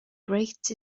great